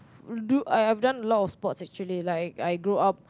dude I have done lot of sports actually like I grow up